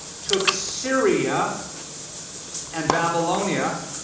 took syria and babylonia.